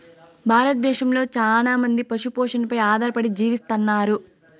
భారతదేశంలో చానా మంది పశు పోషణపై ఆధారపడి జీవిస్తన్నారు